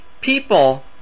People